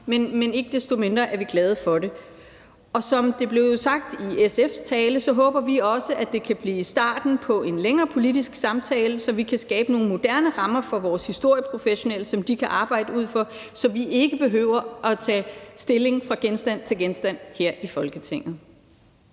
men ikke desto mindre er vi glade for det. Som det blev sagt i SF's tale, håber vi også, at det kan blive starten på en længere politisk samtale, så vi kan skabe nogle moderne rammer for vores historieprofessionelle, som de kan arbejde ud fra, så vi ikke behøver at tage stilling fra genstand til genstand her i Folketinget.